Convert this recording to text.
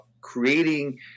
creating